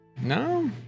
no